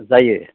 जायो